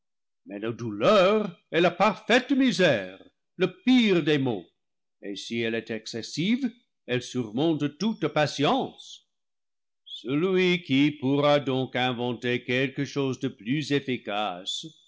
mais la douleur est la parfaite misère le pire des maux et si elle est excessive elle surmonte toute patience celui qui pourra donc inventer quelque chose de plus efficace